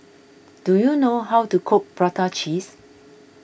do you know how to cook Prata Cheese